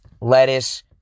Lettuce